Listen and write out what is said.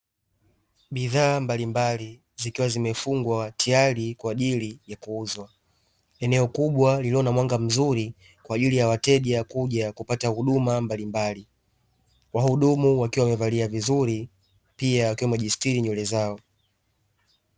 Bidhaa mbalimbali zikiwa zimefungwa tayari kwa ajili ni kuuzwa, eneo kubwa lililo na mwanga mzuri kwa ajili ya wateja kuja kupata huduma mbalimbali, wahudumu wakiwa wamevalia vizuri pia wakiwa amejistiri nywele zao.